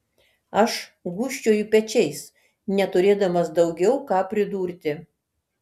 aš gūžčioju pečiais neturėdamas daugiau ką pridurti